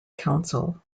council